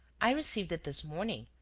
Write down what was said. i received it this morning,